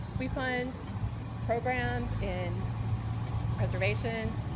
we fund programs in preservation,